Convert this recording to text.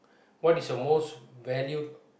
what is your most valued